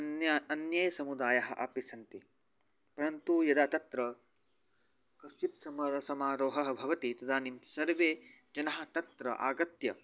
अन्य अन्य समुदायाः अपि सन्ति परन्तु यदा तत्र कश्चित् समर समारोहः भवति तदानीं सर्वे जनाः तत्र आगत्य